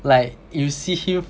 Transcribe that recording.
like you see him